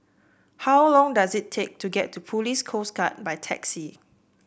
how long does it take to get to Police Coast Guard by taxi